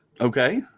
Okay